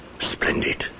Splendid